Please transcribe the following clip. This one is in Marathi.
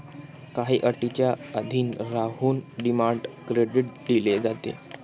काही अटींच्या अधीन राहून डिमांड क्रेडिट दिले जाते